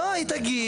לא, היא תגיד.